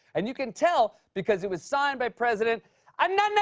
and you can tell because it was signed by president and and